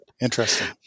Interesting